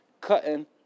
cutting